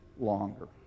longer